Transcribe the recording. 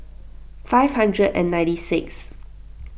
five hundred and ninety sixth